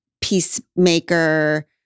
peacemaker